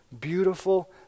beautiful